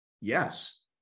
Yes